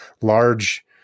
large